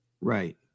Right